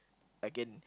I can